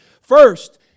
First